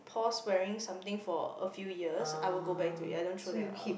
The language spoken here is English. pause wearing something for a few years I would go back to it I don't throw them out